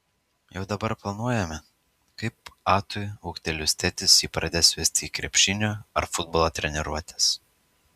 jau dabar planuojame kaip atui ūgtelėjus tėtis jį pradės vesti į krepšinio ar futbolo treniruotes